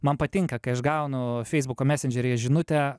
man patinka kai aš gaunu feisbuko mesindžeryje žinutę